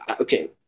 okay